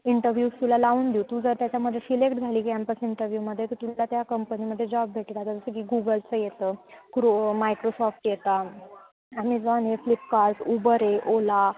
interviews तुला लावून देऊ तू जर त्याच्यामध्ये सिलेक्ट झाली कॅम्पस इंटरव्ह्यूमध्ये तर तुला त्या कंपनीमध्ये जॉब भेटेल आता जसं की गूगलचं येतं क्रो मायक्रोसॉफ्ट येता ॲमेझॉन आहे फ्लिपकार्ट उबर आहे ओला